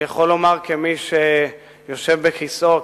אני יכול לומר כמי שיושב בכיסאו,